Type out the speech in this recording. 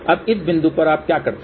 अब इस बिंदु पर आप क्या करते हैं